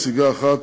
נציגה אחת,